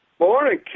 morning